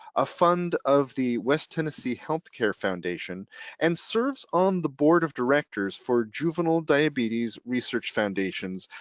a fund of the west tennessee healthcare foundation and serves on the board of directors for juvenile diabetes research foundations,